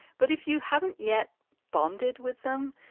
but if you haven't yet bonded with them,